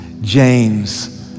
James